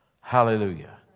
Hallelujah